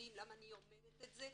למה אני אומרת את זה?